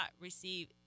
receive